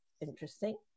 interesting